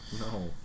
No